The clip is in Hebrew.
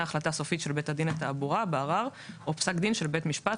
החלטה סופית של בית דין לתעבורה בערר או פסק דין של בית משפט,